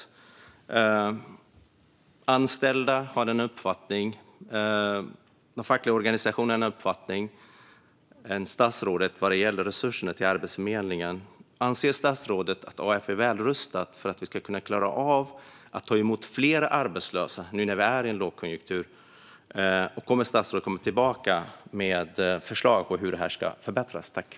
De anställda och de fackliga organisationerna har en annan uppfattning än statsrådet vad gäller resurserna till Arbetsförmedlingen. Anser statsrådet att Arbetsförmedlingen är väl rustad att ta emot fler arbetslösa under rådande lågkonjunktur? Kommer statsrådet att återkomma med förslag på förbättringar?